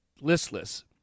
listless